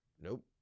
Nope